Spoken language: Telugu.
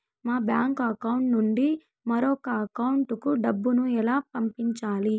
మా బ్యాంకు అకౌంట్ నుండి మరొక అకౌంట్ కు డబ్బును ఎలా పంపించాలి